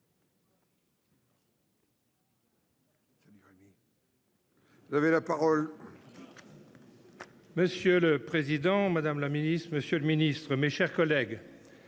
Social Européen. Monsieur le président, madame la ministre, monsieur le ministre, mes chers collègues,